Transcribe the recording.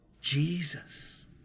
Jesus